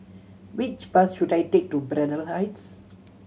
which bus should I take to Braddell Heights